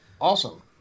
Awesome